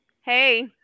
Hey